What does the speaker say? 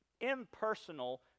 impersonal